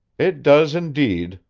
it does indeed,